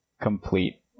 complete